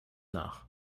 nach